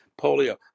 polio